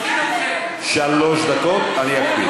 שלוש דקות, אני אקפיד.